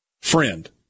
Friend